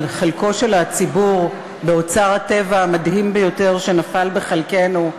על חלקו של הציבור באוצר הטבע המדהים ביותר שנפל בחלקנו,